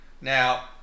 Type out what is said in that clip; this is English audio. now